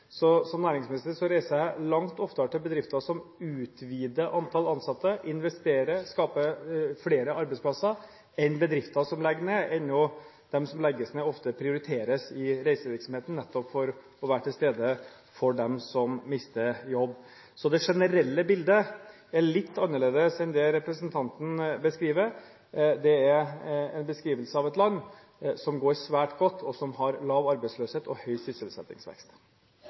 Som næringsminister reiser jeg langt oftere til bedrifter som utvider antall ansatte, som investerer og skaper flere arbeidsplasser, enn til bedrifter som legger ned, enda de som legges ned, ofte prioriteres i reisevirksomheten nettopp for å være til stede for dem som mister sin jobb. Så det generelle bildet er litt annerledes enn det representanten beskriver. Det er en beskrivelse av et land som går svært godt, og som har lav arbeidsløshet og høy sysselsettingsvekst.